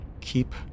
Keep